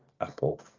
Apple